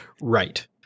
right